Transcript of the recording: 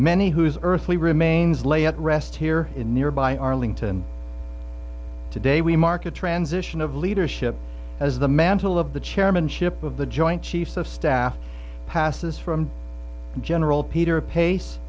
many whose earthly remains lay at rest here in nearby arlington today we mark a transition of leadership as the mantle of the chairmanship of the joint chiefs of staff passes from general peter pace